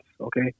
okay